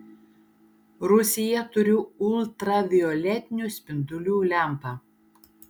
rūsyje turiu ultravioletinių spindulių lempą